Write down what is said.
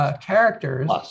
characters